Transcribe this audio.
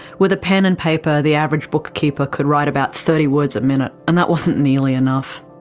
with a pen and paper, the average bookkeeper could write about thirty words a minute, and that wasn't nearly enough.